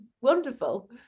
wonderful